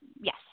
Yes